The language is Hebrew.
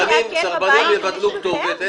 סרבנים יבטלו כתובת.